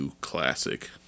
Classic